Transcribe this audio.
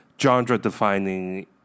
genre-defining